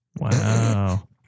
Wow